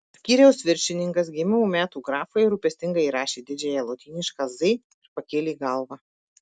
skyriaus viršininkas gimimo metų grafoje rūpestingai įrašė didžiąją lotynišką z ir pakėlė galvą